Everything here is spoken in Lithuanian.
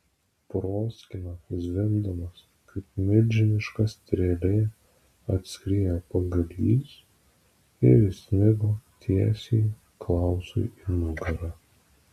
proskyna zvimbdamas kaip milžiniška strėlė atskriejo pagalys ir įsmigo tiesiai klausui į nugarą